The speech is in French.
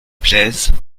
plaisent